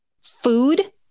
food